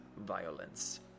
Violence